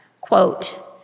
quote